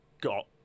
got